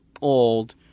old